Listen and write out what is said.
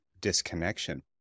disconnection